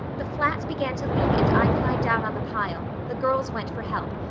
the flat began to leak and i climbed out on the pile. the girls went for help.